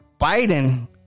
Biden